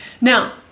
Now